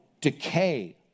decay